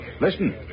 Listen